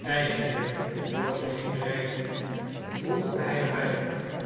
eigenlijk wilde heenrijden voegde hij er